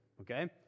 okay